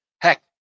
Heck